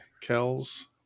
Kells